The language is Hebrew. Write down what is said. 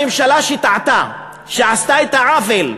הממשלה שטעתה, שעשתה את העוול,